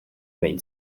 main